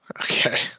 Okay